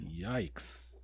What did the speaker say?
Yikes